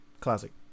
Classic